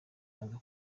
aza